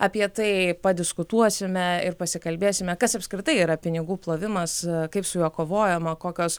apie tai padiskutuosime ir pasikalbėsime kas apskritai yra pinigų plovimas kaip su juo kovojama kokios